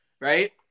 right